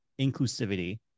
inclusivity